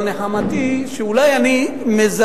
אבל נחמתי היא שאולי אני מזרז,